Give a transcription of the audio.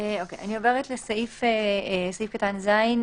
נעבור לסעיף (ז).